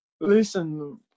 Listen